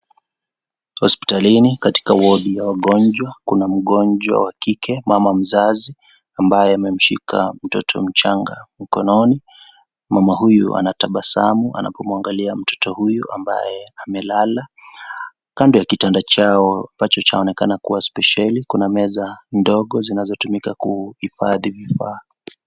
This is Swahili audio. Hospitalini katika wadi ya wagonjwa kuna mgonjwa wa kike mama mzazi ambaye amemshika mtoto mchanga mkononi, mama huyu anatabasamu akimwangalia mtoto huyu ambaye amelala, kando ya kitanda chao ambacho chaonekana kuwa spesheli kuna meza ndogo zinazotumika kuhifadhi vifaa.